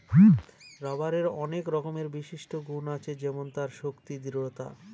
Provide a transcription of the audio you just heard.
রবারের আনেক রকমের বিশিষ্ট গুন আছে যেমন তার শক্তি, দৃঢ়তা